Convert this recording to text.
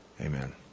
Amen